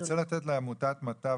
אני רוצה לתת לעמותת מט"ב ,